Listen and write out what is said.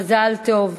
מזל טוב.